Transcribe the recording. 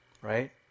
Right